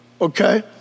okay